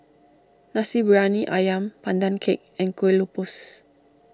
Nasi Briyani Ayam Pandan Cake and Kueh Lopes